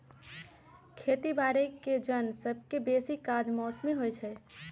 खेती बाड़ीके जन सभके बेशी काज मौसमी होइ छइ